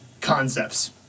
concepts